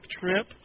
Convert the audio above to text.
trip